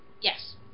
Yes